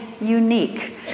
unique